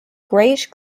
grayish